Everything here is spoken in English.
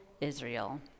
Israel